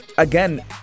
Again